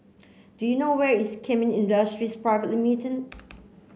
do you know where is Kemin Industries Private